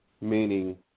meaning